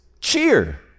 cheer